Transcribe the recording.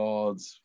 God's